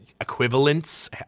equivalents